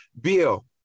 Bill